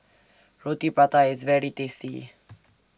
Roti Prata IS very tasty